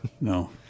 No